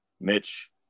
Mitch